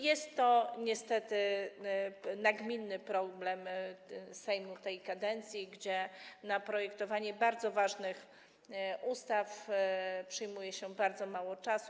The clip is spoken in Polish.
Jest to niestety nagminny problem Sejmu tej kadencji, gdzie na projektowanie bardzo ważnych ustaw przyjmuje się bardzo mało czasu.